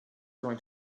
going